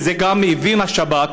ואת זה גם הבין השב"כ,